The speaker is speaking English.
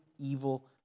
evil